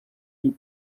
une